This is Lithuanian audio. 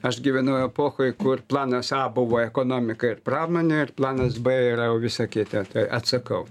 aš gyvenau epochoj kur planas a buvo ekonomika ir pramonė ir planas b yra jau visa kita tai atsakau